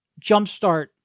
jumpstart